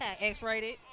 x-rated